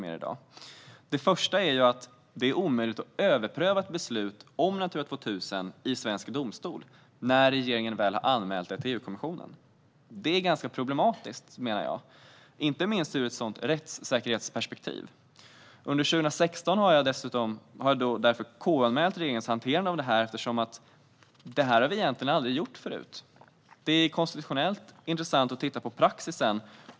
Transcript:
För det första är det omöjligt att överpröva ett beslut om Natura 2000 i svensk domstol när regeringen väl har anmält området till EU-kommissionen. Det är ganska problematiskt, menar jag, inte minst ur ett rättssäkerhetsperspektiv. Därför KU-anmälde jag under 2016 regeringens hanterande av detta. Vi har nämligen aldrig gjort det här förut. Det är därför konstitutionellt intressant att titta på praxis.